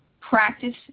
Practice